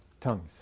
tongues